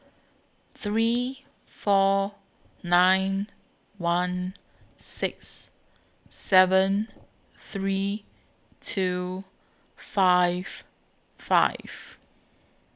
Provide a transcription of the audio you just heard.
three four nine one six seven three two five five